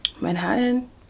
Manhattan